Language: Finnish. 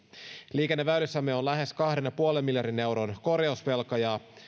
liikenneväylissämme on lähes kahden ja puolen miljardin euron korjausvelka ja